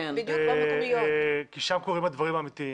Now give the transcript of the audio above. כי שם קורים הדברים האמיתיים.